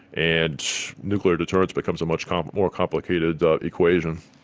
and nuclear deterrence becomes a much kind of more complicated equation.